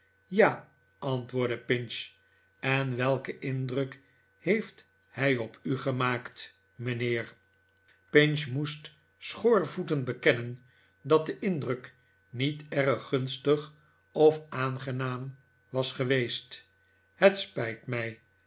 ja antwoordde pinch en welken indruk heeft hij op u gemaakt mijnheer pinch moest schoorvoetend bekennen dat de indruk niet erg gunstig of aangenaam was geweest het spijt mij